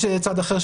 יש לזה צד אחר,